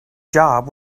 job